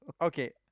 Okay